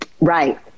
Right